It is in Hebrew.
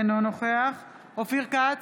אינו נוכח אופיר כץ,